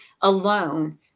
alone